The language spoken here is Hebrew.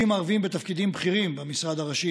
שיעור העובדים הערבים בתפקידים בכירים במשרד הראשי,